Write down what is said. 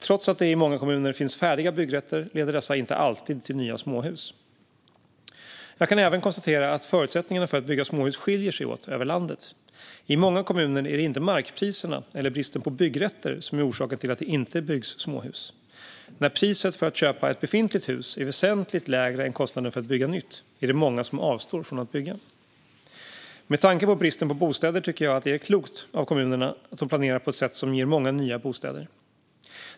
Trots att det i många kommuner finns färdiga byggrätter leder dessa inte alltid till nya småhus. Jag kan även konstatera att förutsättningarna för att bygga småhus skiljer sig åt över landet. I många kommuner är det inte markpriserna eller bristen på byggrätter som är orsaken till att det inte byggs småhus. När priset för att köpa ett befintligt hus är väsentligt lägre än kostnaden för att bygga nytt är det många som avstår från att bygga. Med tanke på bristen på bostäder tycker jag att det är klokt att kommunerna planerar på ett sätt som ger många nya bostäder.